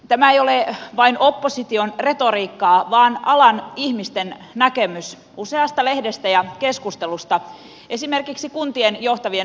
tämä ei ole vain opposition retoriikkaa vaan alan ihmisten näkemys useasta lehdestä ja keskustelusta esimerkiksi kuntien johtavien nuorisotyöntekijöiden näkemys